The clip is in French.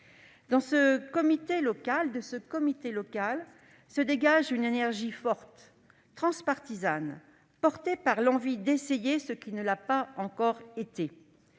et de l'activité. De ce comité local se dégage une énergie forte et transpartisane, soutenue par l'envie d'essayer ce qui ne l'a pas encore été.